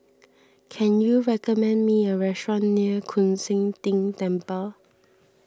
can you recommend me a restaurant near Koon Seng Ting Temple